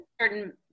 certain